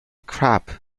crab